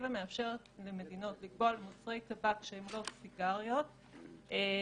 הדירקטיבה מאפשרת למדינות לקבוע על מוצרי טבק שהם לא סיגריות ונרגילות